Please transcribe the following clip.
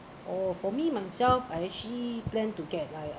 oh for me myself I actually plan to get like